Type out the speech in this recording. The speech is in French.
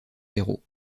héros